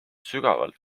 sügavalt